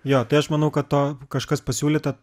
jo tai aš manau kad to kažkas pasiūlyto